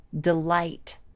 delight